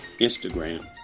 Instagram